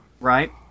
Right